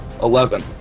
Eleven